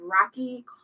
Rocky